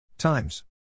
times